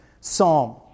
psalm